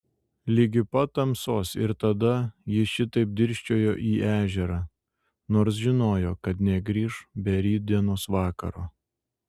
ligi pat tamsos ir tada ji šitaip dirsčiojo į ežerą nors žinojo kad negrįš be rytdienos vakaro